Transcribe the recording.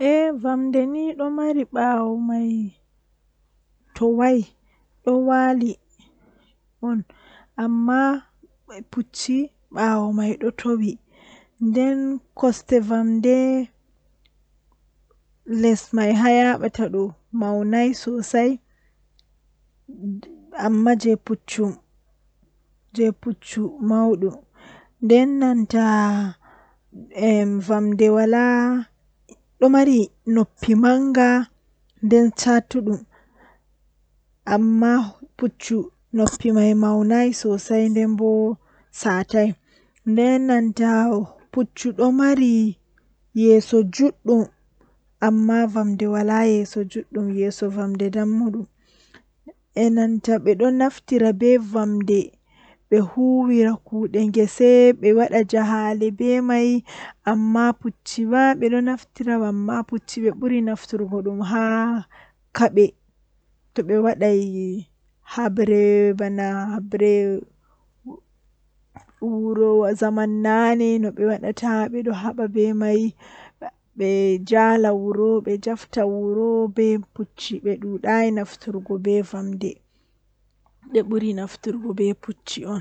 Mi fuɗɗiran be emugo ɗume innɗe maɓɓe to oyecci am innɗe mako sei mi yecca mo innɗe am, Minbo tomi yeccimo innɗe am sei min fudda yewtugo ha totton mi yecca egaa hami woni mi emamo kanko bo haatoi owoni ɗume o ɓurɗaa yiɗuki mi yecca mo komi ɓurɗaa yiɗuki ngewta mai juuta